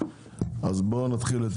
נתחיל את